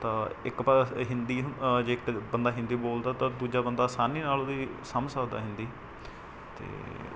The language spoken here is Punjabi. ਤਾਂ ਇੱਕ ਪਾਸੇ ਹਿੰਦੀ ਜੇ ਕਿਤੇ ਬੰਦਾ ਹਿੰਦੀ ਬੋਲਦਾ ਤਾਂ ਦੂਜਾ ਬੰਦਾ ਆਸਾਨੀ ਨਾਲ ਉਹਦੀ ਸਮਝ ਸਕਦਾ ਹਿੰਦੀ ਅਤੇ